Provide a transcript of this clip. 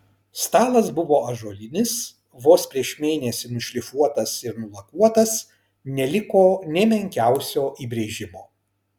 stalas buvo ąžuolinis vos prieš mėnesį nušlifuotas ir nulakuotas neliko nė menkiausio įbrėžimo